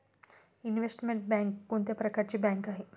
Investment bank कोणत्या प्रकारची bank आहे?